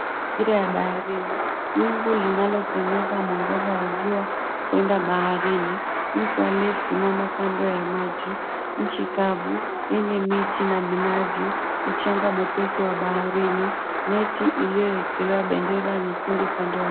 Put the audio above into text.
Mazingira ya baharini, wingu linalo penyeza mwangaza wa jua kwenda baharini. Mtu aliyesimama kando ya maji, nchi kavu, yenye miti na minazi. Mchanga mwepesi wa baharini, neti iliyoekelewa bendera nyekundu upande wa juu.